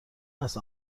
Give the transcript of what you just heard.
است